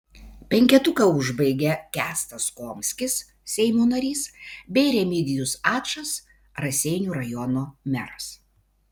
penketuką užbaigia kęstas komskis seimo narys bei remigijus ačas raseinių rajono meras